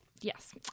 Yes